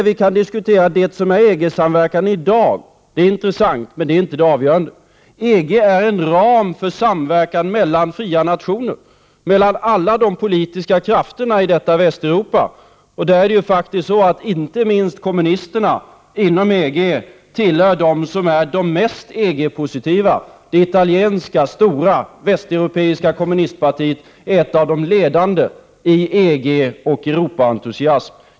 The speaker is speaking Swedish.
Vi kan diskutera det som är EG-samverkan i dag; det är intressant, men det är inte det avgörande. EG är en ram för samverkan mellan fria nationer, mellan alla de politiska krafterna i detta Västeuropa. Det är faktiskt så att inte minst kommunisterna inom EG tillhör dem som är de mest EG-positiva. Det italienska stora västeuropeiska kommunistpartiet är ett av de ledande i EG och Europaentusiasm.